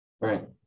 Right